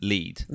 Lead